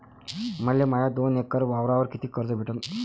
मले माया दोन एकर वावरावर कितीक कर्ज भेटन?